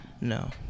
No